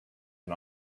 can